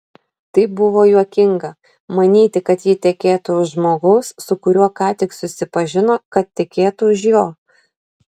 tai buvo juokinga manyti kad ji tekėtų už žmogaus su kuriuo ką tik susipažino kad tekėtų už jo